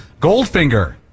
Goldfinger